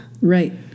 Right